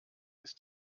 ist